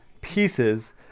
pieces